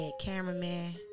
cameraman